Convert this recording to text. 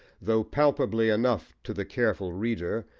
though palpably enough to the careful reader,